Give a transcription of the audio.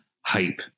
hype